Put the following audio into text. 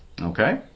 Okay